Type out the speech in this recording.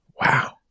Wow